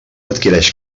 adquireix